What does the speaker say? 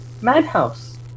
Madhouse